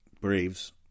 Braves